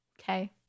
okay